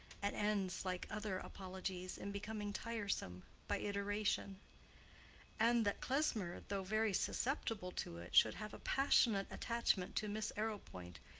and ends like other apologies in becoming tiresome by iteration and that klesmer, though very susceptible to it, should have a passionate attachment to miss arrowpoint,